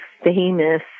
famous